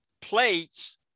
plates